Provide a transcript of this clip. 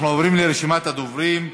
אנחנו עוברים לרשימת הדוברים.